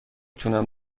توانم